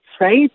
Right